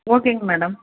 ஓகேங்க மேடம்